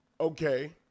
okay